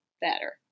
better